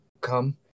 come